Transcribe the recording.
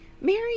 mary